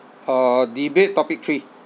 uh debate topic three